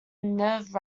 nerve